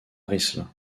risle